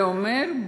זה אומר,